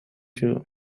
you